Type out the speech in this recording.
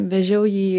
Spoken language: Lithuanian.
vežiau jį